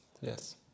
Yes